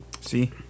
See